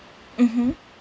mmhmm